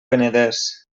penedès